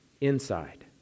inside